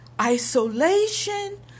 isolation